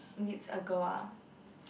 if it's a girl ah